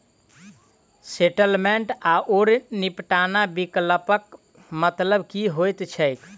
Settlement आओर निपटान विकल्पक मतलब की होइत छैक?